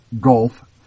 gulf